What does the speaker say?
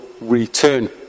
return